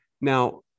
Now